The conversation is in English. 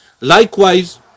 Likewise